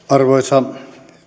arvoisa